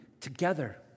together